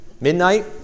midnight